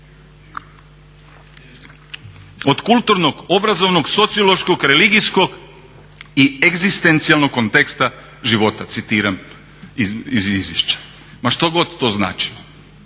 od kulturnog, obrazovnog, sociološkog, religijskog i egzistencijalnog kontekst života, citiram iz izvješća. Ma što god to značilo.